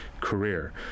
career